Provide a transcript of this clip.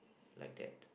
like that